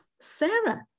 Sarah